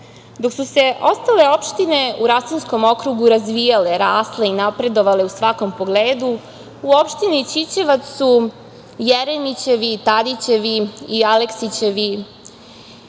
su se ostale opštine u Rasinskom okrugu razvije, rasle i napredovale u svakom pogledu, u opštini Ćićevac su Jeremićevi, Tadićevi i Aleksićevi